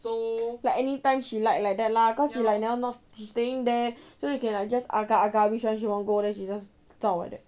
like anytime she like like that lah cause she like now she staying there so she can just agak agak which one she want to go then she just zao like that